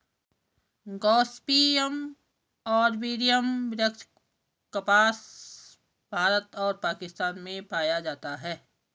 Gossypium arboreum वृक्ष कपास, भारत और पाकिस्तान में पाया जाता है